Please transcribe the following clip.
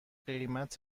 قیمت